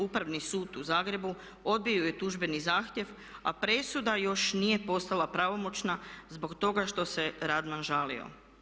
Upravni sud u Zagrebu odbio je tužbeni zahtjev a presuda još nije postala pravomoćna zbog toga što se Radman žalio.